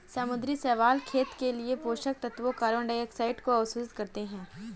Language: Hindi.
समुद्री शैवाल के खेत के लिए पोषक तत्वों कार्बन डाइऑक्साइड को अवशोषित करते है